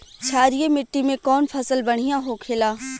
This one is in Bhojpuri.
क्षारीय मिट्टी में कौन फसल बढ़ियां हो खेला?